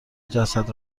جسد